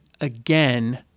again